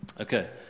okay